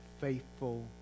faithful